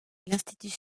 l’institut